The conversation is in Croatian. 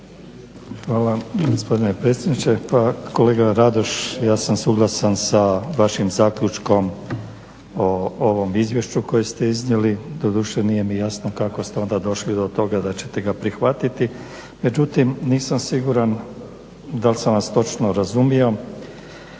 Hvala gospodine predsjedniče. Pa kolega Radoš, ja sam suglasan sa vašim zaključkom o ovom izvješću koje ste iznijeli, doduše nije mi jasno kako ste onda došli do toga da ćete ga prihvatiti. Međutim, nisam siguran dal sam vas točno razumio